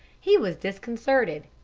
he was disconcerted.